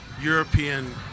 European